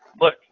Look